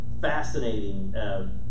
fascinating